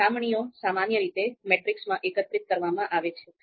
સરખામણીઓ સામાન્ય રીતે મેટ્રિક્સમાં એકત્રિત કરવામાં આવે છે